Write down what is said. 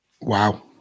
Wow